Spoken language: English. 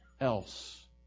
else